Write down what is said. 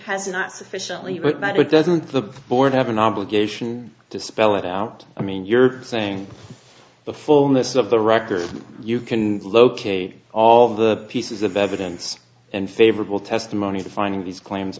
has not sufficiently that it doesn't the board have an obligation to spell it out i mean you're saying the fullness of the record you can locate all of the pieces of evidence and favorable testimony defining these claims